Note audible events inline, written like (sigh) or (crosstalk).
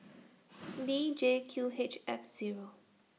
(noise) D J Q H F Zero